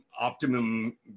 optimum